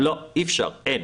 לא, אי אפשר, אין.